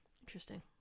Interesting